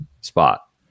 spot